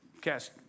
cast